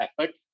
effort